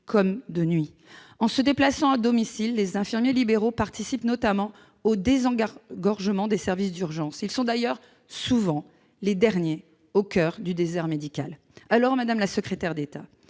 comme de nuit. En se déplaçant à domicile, les infirmiers libéraux participent notamment au désengorgement des services d'urgence. Ils sont d'ailleurs souvent les derniers au coeur du désert médical. Dès lors, madame la secrétaire d'État,